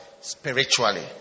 spiritually